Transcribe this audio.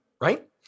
right